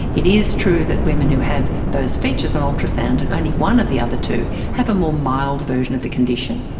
it is true that women who have those features on ultrasound and only one of the other two have a more mild version of the condition.